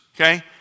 okay